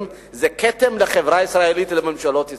זה כתם לחברה הישראלית ולממשלות ישראל.